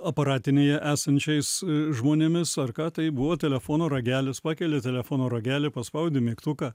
aparatinėje esančiais žmonėmis ar ką tai buvo telefono ragelis pakeli telefono ragelį paspaudi mygtuką